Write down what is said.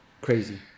Crazy